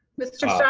mr. so yeah